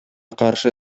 каршы